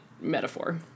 metaphor